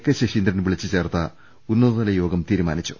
K Saseendran വിളിച്ച ഉന്നതതല യോഗം തീരുമാനിച്ചു